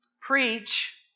Preach